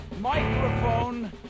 microphone